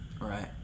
Right